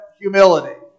humility